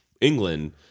England